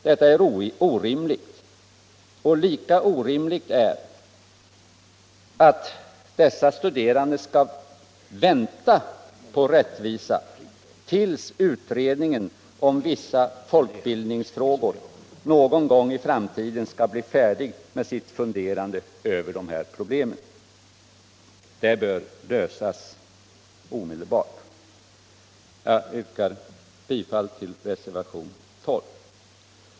Detta är orimligt, och lika orimligt är att dessa studerande skall behöva vänta på rättvisa tills utredningen om vissa folkbildningsfrågor någon gång i framtiden skall bli färdig med sitt funderande över de här problemen. Det problemet bör lösas omedelbart! Jag yrkar bifall till reservationen 12.